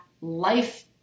life